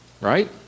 Right